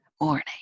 morning